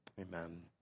Amen